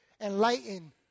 Enlighten